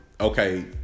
okay